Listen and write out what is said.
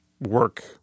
work